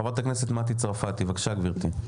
חברת הכנסת מטי צרפתי, בבקשה גברתי.